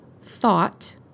Thought